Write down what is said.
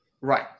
Right